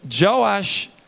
Joash